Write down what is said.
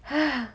ha